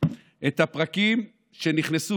את הפרקים שנכנסו